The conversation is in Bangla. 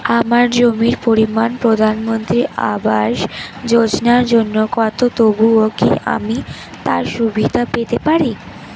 আমার জমির পরিমাণ প্রধানমন্ত্রী আবাস যোজনার জন্য কম তবুও কি আমি তার সুবিধা পেতে পারি?